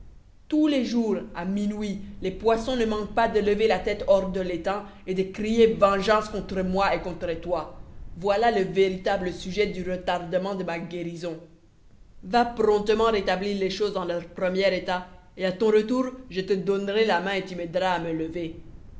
tous les jours à minuit les poissons ne manquent pas de lever la tête hors de l'étang et de crier vengeance contre moi et contre toi voilà le véritable sujet du retardement de ma guérison va promptement rétablir les choses en leur premier état et à ton retour je te donnerai la main et tu m'aideras à me lever